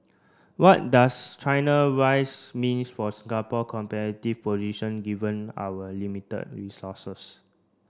what does China wise means for Singapore competitive position given our limited resources